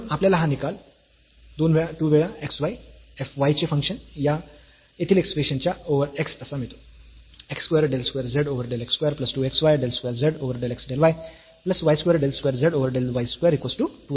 म्हणून आपल्याला हा निकाल 2 वेळा xy f y चे फंक्शन या येथील एक्सप्रेशन च्या ओव्हर x असा मिळतो